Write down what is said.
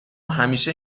همیشه